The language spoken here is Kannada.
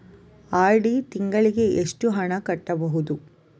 ಆರ್.ಡಿ ತಿಂಗಳಿಗೆ ಎಷ್ಟು ಹಣ ಕಟ್ಟಬಹುದು?